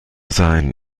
sein